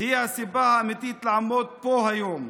היא הסיבה האמיתית לעמוד פה היום,